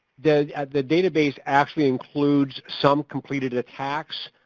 the the database actually includes some completed attacks,